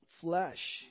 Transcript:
flesh